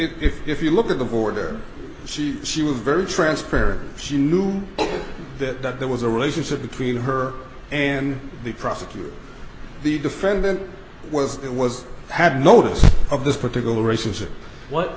your if if you look at the border she she was very transparent she knew that there was a relationship between her and the prosecutor the defendant was it was had notice of this particular races or what